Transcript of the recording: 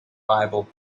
bible